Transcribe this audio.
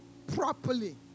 properly